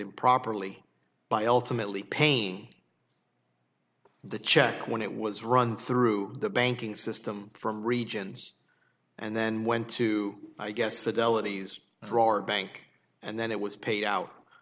improperly by ultimately pain the check when it was run through the banking system from regions and then went to i guess for delany's draw or bank and then it was paid out